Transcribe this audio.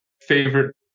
favorite